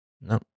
no